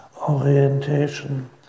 orientation